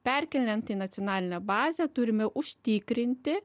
perkeliant į nacionalinę bazę turime užtikrinti